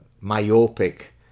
myopic